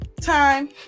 time